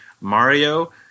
Mario